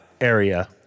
area